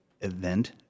event